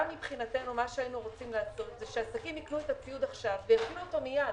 גם מבחינתנו היינו רוצים שהעסקים יקנו את הציוד עכשיו ויפעילו אותו מיד.